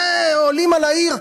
עולים על העיר.